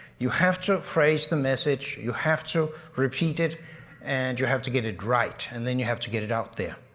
you have to phrase the message, you have to repeat it and you have to get it right and then you have to get it out there,